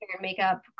makeup